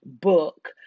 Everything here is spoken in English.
book